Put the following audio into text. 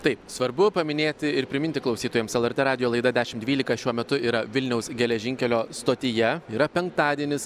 taip svarbu paminėti ir priminti klausytojams lrt radijo laida dešim dvylika šiuo metu yra vilniaus geležinkelio stotyje yra penktadienis